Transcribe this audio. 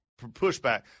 pushback